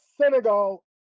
Senegal